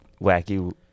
wacky